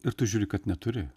ir tu žiūri kad neturi